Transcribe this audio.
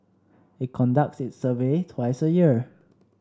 it conducts its survey twice a year